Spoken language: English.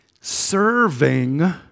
Serving